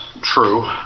True